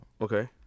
Okay